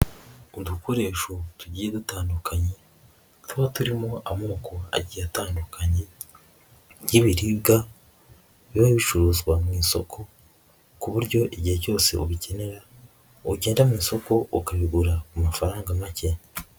Udukoresho tugiye dutandukanye tuba turimo amoko agiye atandukanye y'ibiribwa biba bicuruzwa mu isoko ku buryo igihe cyose ubikenera ugenda mu isoko ukabigura ku mafaranga make.